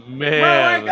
man